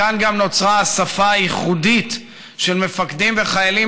מכאן גם נוצרה השפה הייחודית של מפקדים וחיילים